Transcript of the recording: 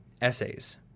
essays